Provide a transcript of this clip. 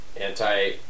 anti